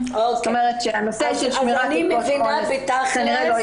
שנותנים שירותים לילדים